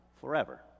forever